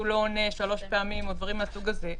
לא עונה שלוש פעמים או דברים מהסוג הזה,